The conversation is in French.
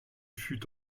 fût